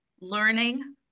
learning